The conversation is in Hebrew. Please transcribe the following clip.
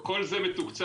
כל זה מתוקצב,